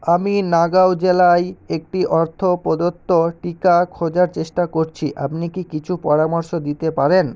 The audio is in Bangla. আমি নাগাঁও জেলায় একটি অর্থ প্রদত্ত টিকা খোঁজার চেষ্টা করছি আপনি কি কিছু পরামর্শ দিতে পারেন